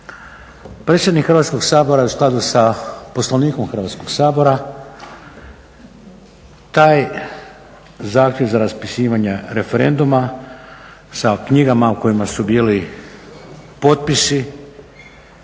Predsjednik Hrvatskog sabora u skladu sa Poslovnikom Hrvatskog sabora taj zahtjev za raspisivanje referenduma sa knjigama u kojima su bili potpisi